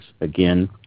Again